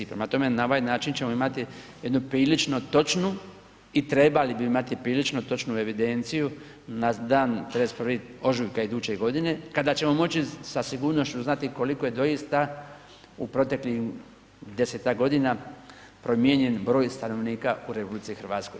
Prema tome, na ovaj način ćemo imati jednu prilično točnu i trebali bi imati prilično točnu evidenciju na dan 31. ožujka iduće godine, kada ćemo moći sa sigurnošću znati koliko je doista u proteklih 10-tak godina promijenjen broj stanovnika u RH.